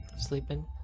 Sleeping